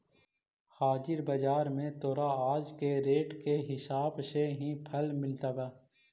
हाजिर बाजार में तोरा आज के रेट के हिसाब से ही फल मिलतवऽ